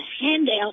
handout